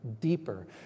deeper